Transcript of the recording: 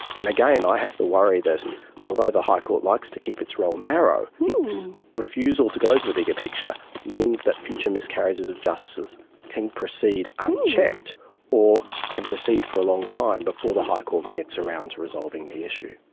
and again, i have the worry that although the high court likes to keep its role narrow, its refusal to go to the bigger picture means that future miscarriages of justice can proceed unchecked or can proceed for a long time before the high court gets around to resolving the issue.